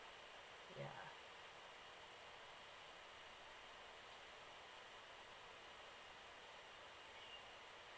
ya